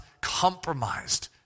compromised